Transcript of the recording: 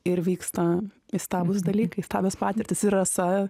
ir vyksta įstabūs dalykai įstabios patirtys ir rasa